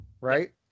right